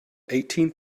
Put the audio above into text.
eighteen